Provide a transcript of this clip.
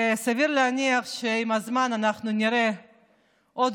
וסביר להניח שעם הזמן אנחנו נראה עוד